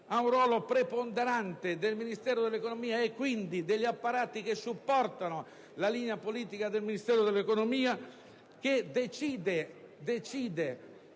di un ruolo preponderante da parte del Ministero dell'economia, quindi degli apparati che supportano la linea politica del Ministero, che decide